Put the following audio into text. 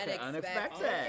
Unexpected